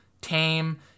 tame